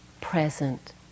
present